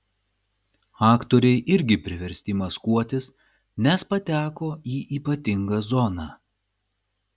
aktoriai irgi priversti maskuotis nes pateko į ypatingą zoną